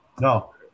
No